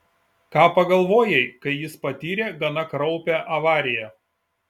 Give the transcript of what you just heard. ką pagalvojai kai jis patyrė gana kraupią avariją